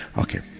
Okay